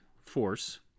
force